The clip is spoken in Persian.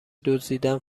دزدیدن